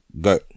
Go